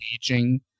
-aging